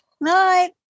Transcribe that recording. night